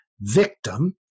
victim